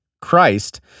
Christ